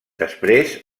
després